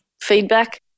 feedback